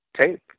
tape